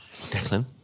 Declan